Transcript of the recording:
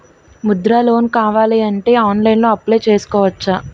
Mudra loan కావాలి అంటే ఆన్లైన్లో అప్లయ్ చేసుకోవచ్చా?